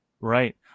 Right